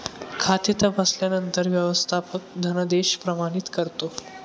खाते तपासल्यानंतर व्यवस्थापक धनादेश प्रमाणित करतो